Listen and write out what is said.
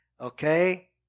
Okay